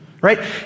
Right